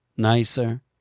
nicer